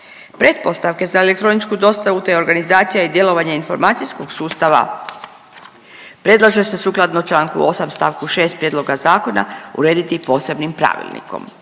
Pretpostavke za elektroničku dostavu te organizacija i djelovanje informacijskog sustava predlaže se sukladno čl. 8 st. 6 prijedloga zakona urediti i posebnim pravilnikom.